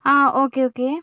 ആ okay okay